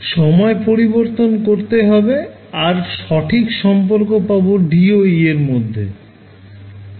সময় পরিবর্তন করতে হবে আর সঠিক সম্পর্ক পাবো D ও E এর মধ্যে